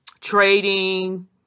trading